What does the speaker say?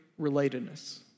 relatedness